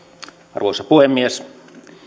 arvoisa puhemies